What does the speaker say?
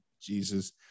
Jesus